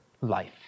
life